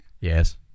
Yes